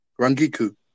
Rangiku